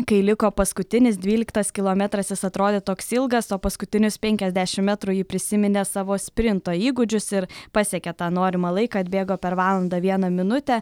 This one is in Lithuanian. kai liko paskutinis dvyliktas kilometras jis atrodė toks ilgas o paskutinius penkiasdešim metrų ji prisiminė savo sprinto įgūdžius ir pasiekė tą norimą laiką atbėgo per valandą vieną minutę